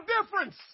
difference